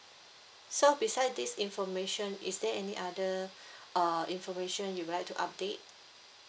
so beside this information is there any other uh information you would like to update